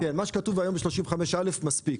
כן, מה שכתוב היום ב-35(א) מספיק.